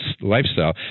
lifestyle